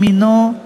מינו,